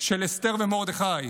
של אסתר ומרדכי,